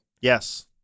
Yes